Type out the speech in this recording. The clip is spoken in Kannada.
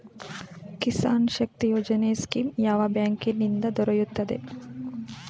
ಕಿಸಾನ್ ಶಕ್ತಿ ಯೋಜನೆ ಸ್ಕೀಮು ಯಾವ ಬ್ಯಾಂಕಿನಿಂದ ದೊರೆಯುತ್ತದೆ?